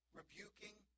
rebuking